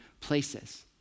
places